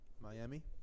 Miami